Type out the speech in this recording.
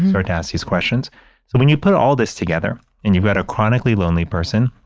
start to ask these questions. so when you put all this together and you've got a chronically lonely person,